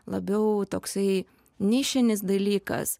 labiau toksai nišinis dalykas